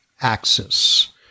axis